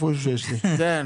הצבעה פנייה 36-008